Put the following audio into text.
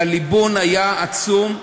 והליבון היה עצום.